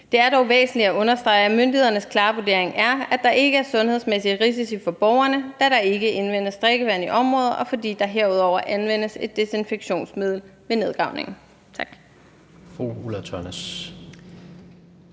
Det er dog væsentligt at understrege, at myndighedernes klare vurdering er, at der ikke er sundhedsmæssige risici for borgerne, da der ikke indvindes drikkevand i området, og fordi der herudover anvendes et desinfektionsmiddel ved nedgravningen. Tak.